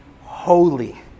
holy